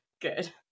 Good